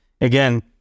again